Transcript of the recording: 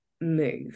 move